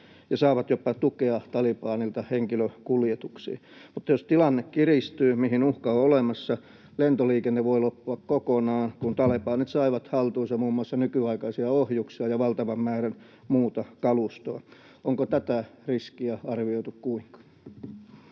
ja saavat jopa tukea Talibanilta henkilökuljetuksiin. Mutta jos tilanne kiristyy, mihin uhka on olemassa, lentoliikenne voi loppua kokonaan, koska talibanit saivat haltuunsa muun muassa nykyaikaisia ohjuksia ja valtavan määrän muuta kalustoa. Kuinka tätä riskiä on arvioitu?